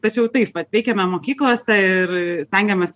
tačiau taip vat veikiame mokyklose ir stengiamės